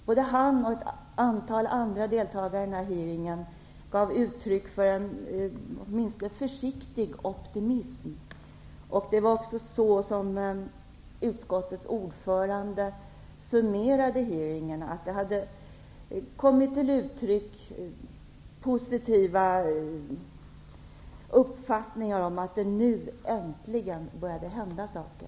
Både han och ett antal andra deltagare i denna hearing gav uttryck för en åtminstone försiktig optimism. Utskottets ordförande summerade hearingen så, att det hade uttalats positiva uppfattningar om att det nu äntligen började hända saker.